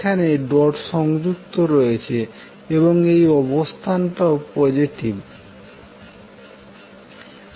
যেখানে ডট সংযুক্ত রয়েছে এই অবস্থানটইও পোজিটিভ যেখানে